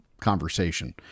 conversation